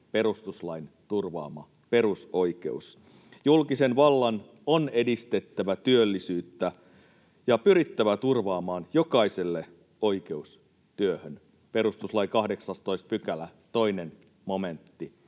perustuslain turvaama perusoikeus: julkisen vallan on edistettävä työllisyyttä ja pyrittävä turvaamaan jokaiselle oikeus työhön, perustuslain 18 §:n 2 momentti.